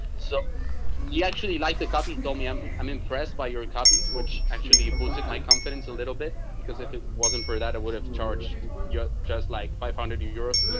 so he actually liked the copies told me i'm, i'm impressed by your copy, which actually boosted my confidence a little bit, because if it wasn't for that, it would have charged. you're just like five hundred euros.